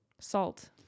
Salt